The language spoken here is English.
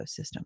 ecosystem